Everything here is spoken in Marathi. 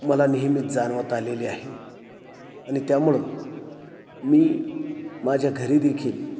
मला नेहमीच जाणवत आलेली आहे आणि त्यामुळं मी माझ्या घरी देखील